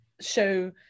show